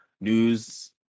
news